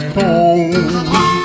home